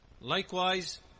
Likewise